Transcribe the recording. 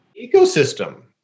Ecosystem